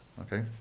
okay